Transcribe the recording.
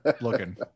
looking